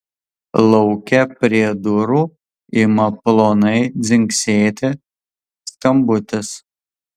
lauke prie durų ima plonai dzingsėti skambutis